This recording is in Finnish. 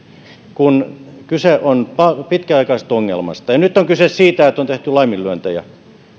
kun kyse on pitkäaikaisesta ongelmasta ja nyt on kyse siitä että on tehty laiminlyöntejä